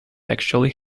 actually